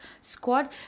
Squad